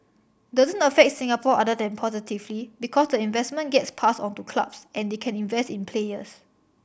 doesn't affect Singapore other than positively because the investment gets passed on to clubs and they can invest in players